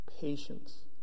patience